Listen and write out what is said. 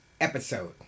episode